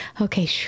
okay